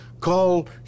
Call